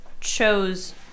chose